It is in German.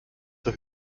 zur